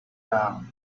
down